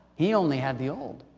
he only had the old